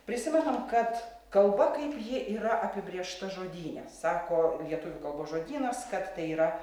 prisimenam kad kalba kaip ji yra apibrėžta žodyne sako lietuvių kalbos žodynas kad tai yra